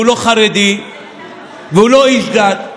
שהוא לא חרדי והוא לא איש דת,